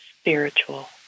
spiritual